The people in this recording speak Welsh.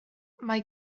mae